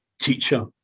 teacher